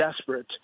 desperate